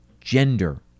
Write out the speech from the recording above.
gender